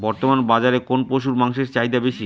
বর্তমান বাজারে কোন পশুর মাংসের চাহিদা বেশি?